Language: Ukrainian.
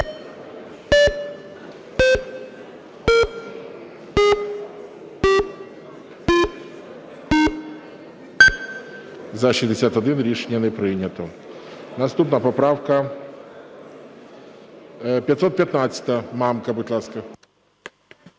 За-61 Рішення не прийнято. Наступна поправка 480-а. Мамка, будь ласка.